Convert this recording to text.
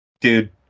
dude